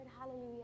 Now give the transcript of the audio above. Hallelujah